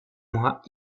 mois